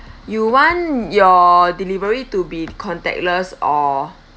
you want your delivery to be contactless